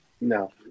no